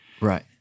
Right